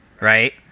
right